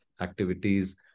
activities